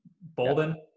Bolden